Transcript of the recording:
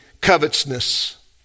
covetousness